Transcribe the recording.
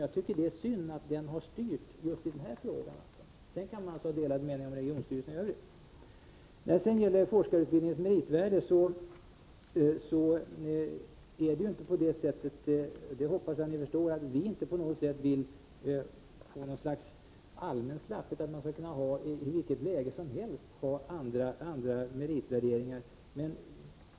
Jag tycker att det är synd att det har fått styra just i denna fråga. Sedan kan man naturligtvis ha delade meningar om regionstyrelserna i övrigt. När det gäller forskarutbildningens meritvärde hoppas jag att ni förstår att vi inte på något sätt vill ha ett slags allmän slapphet så att man i vilket läge som helst skall kunna ha andra meritvärderingar.